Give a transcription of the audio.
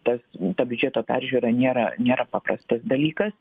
tas to biudžeto peržiūra nėra nėra paprastas dalykas